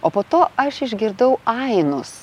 o po to aš išgirdau ainus